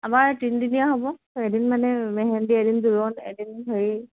আমাৰ তিনিদিনীয়া হ'ব এদিন মানে মেহেন্দি এদিন জোৰণ এদিন হেৰি